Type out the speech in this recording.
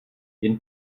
jen